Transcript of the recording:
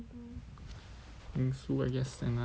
bingsu I guess another day